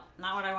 mile in